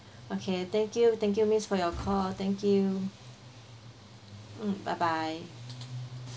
okay thank you thank you miss for your call thank you mm bye bye